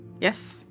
Yes